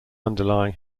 underlying